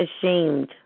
ashamed